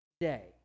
today